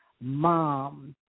mom